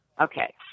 Okay